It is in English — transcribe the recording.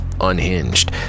unhinged